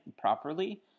properly